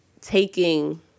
taking